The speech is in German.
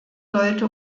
sollte